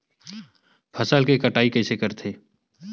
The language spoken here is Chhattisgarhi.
फसल के कटाई कइसे करथे?